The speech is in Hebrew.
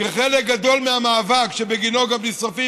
כי חלק גדול מהמאבק שבגינו נשרפים